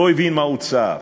לא מבין מהו צער.